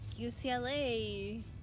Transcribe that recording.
ucla